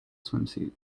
swimsuit